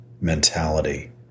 mentality